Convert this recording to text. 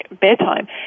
bedtime